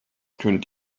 könnt